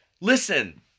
listen